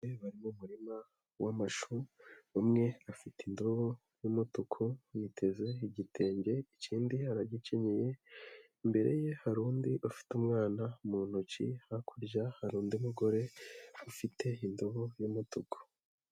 Mu murima w'amashu, umwe afite indobo y'umutuku yiteze igitenge ikindi aragikenyeye. Imbere ye hari undi ufite umwana mu ntoki. Hakurya hari undi mugore ufite indobo y'umutuku.